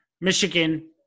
Michigan